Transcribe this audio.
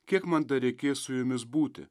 kiek man dar reikės su jumis būti